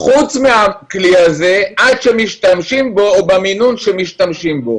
בתקופה של מרץ-אפריל הכלי הזה עבד במשך 10 שבועות.